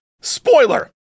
Spoiler